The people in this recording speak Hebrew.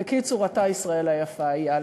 בקיצור, אתה ישראל היפה, איל.